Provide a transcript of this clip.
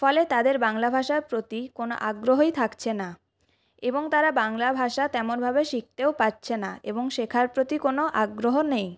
ফলে তাদের বাংলা ভাষার প্রতি কোনও আগ্রহই থাকছে না এবং তারা বাংলা ভাষা তেমনভাবে শিখতেও পারছে না এবং শেখার প্রতি কোনও আগ্রহ নেই